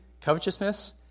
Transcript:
covetousness